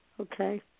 Okay